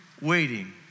waiting